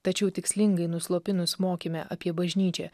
tačiau tikslingai nuslopinus mokyme apie bažnyčią